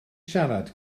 siarad